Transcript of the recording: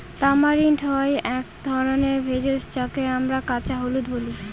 tamarind হয় এক ধরনের ভেষজ যাকে আমরা কাঁচা হলুদ বলি